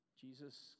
Jesus